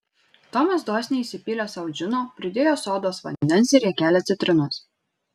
tomas dosniai įsipylė sau džino pridėjo sodos vandens ir riekelę citrinos